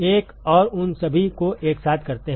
एक और उन सभी को एक साथ करते हैं